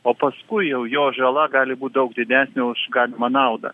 o paskui jau jo žala gali būt daug didesnė už galimą naudą